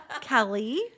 Kelly